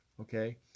okay